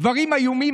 דברים איומים,